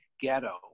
ghetto